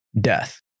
death